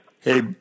Hey